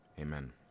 Amen